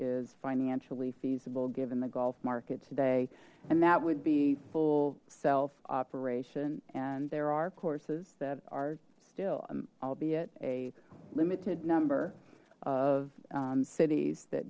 is financially feasible given the golf market today and that would be full self operation and there are courses that are still i'm albeit a limited number of cities that